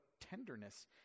tenderness